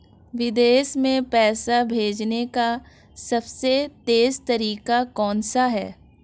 विदेश में पैसा भेजने का सबसे तेज़ तरीका कौनसा है?